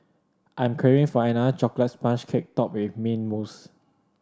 I am craving for another chocolate sponge cake topped with mint mousse